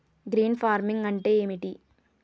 Green farming అంటే ఏమిటి?